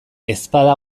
ezpada